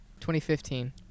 2015